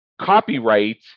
copyright